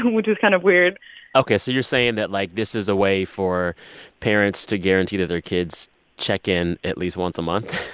which was kind of weird ok. so you're saying that, like, this is a way for parents to guarantee that their kids check in at least once a month?